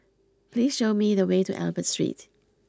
please show me the way to Albert Street